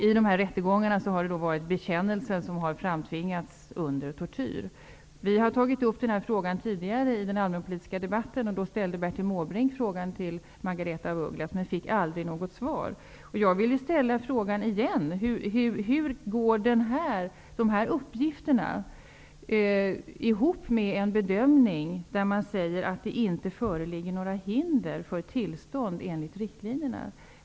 I dessa rättegångar har bekännelser framtvingats under tortyr. Vi har tidigare tagit upp denna fråga i den allmänpolitiska debatten. Då ställde Bertil Måbrink frågan till Margaretha af Ugglas, men fick aldrig något svar. Jag vill nu ställa frågan igen. Hur går dessa uppgifter ihop med en bedömning att det inte föreligger några hinder för tillstånd enligt riktlinjerna?